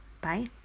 Bye